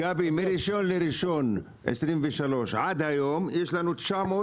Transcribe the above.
מראשון לראשון 23' עד היום יש לנו 945,